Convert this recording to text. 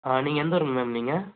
ஆ நீங்கள் எந்த ஊர் மேம் நீங்கள்